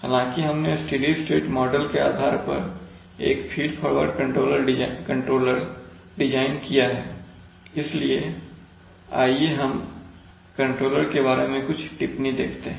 हालांकि हमने steady state model के आधार पर एक फीड फॉरवर्ड कंट्रोलर डिजाइन किया है इसलिए आइए हम कंट्रोलर के बारे में कुछ टिप्पणी देखते हैं